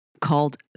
called